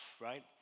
right